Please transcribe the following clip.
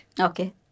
Okay